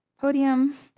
podium